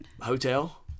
Hotel